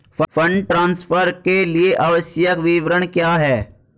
Fund transfer के लिए आवश्यक विवरण क्या हैं?